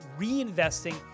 reinvesting